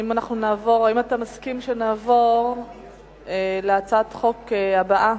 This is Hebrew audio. האם אתה מסכים שנעבור להצעת חוק הבאה?